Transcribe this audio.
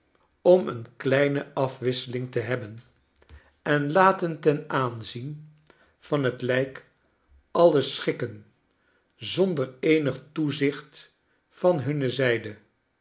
om eene kleine afwisseling te hebben en laten ten aanzien van het lijk alles schikken zonder eenig toezicht van hunne zijde